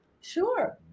Sure